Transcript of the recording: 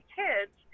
kids